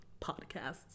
podcasts